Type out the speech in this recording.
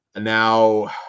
Now